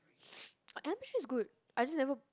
I I'm sure it's good I just never